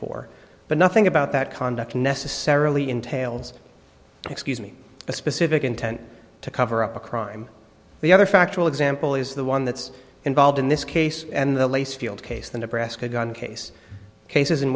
four but nothing about that conduct necessarily entails excuse me a specific intent to cover up a crime the other factual example is the one that's involved in this case and the lace field case the nebraska gun case cases in